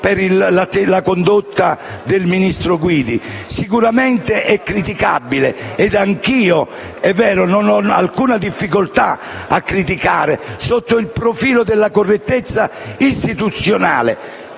sicuramente è criticabile ed anch'io non ho alcuna difficoltà a criticare, sotto il profilo della correttezza istituzionale,